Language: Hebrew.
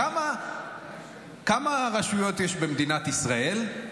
כמה רשויות יש במדינת ישראל?